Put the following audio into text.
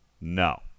No